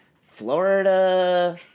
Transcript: Florida